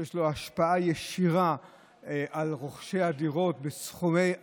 שיש לו השפעה ישירה על רוכשי הדירות בסכומי עת,